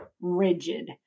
rigid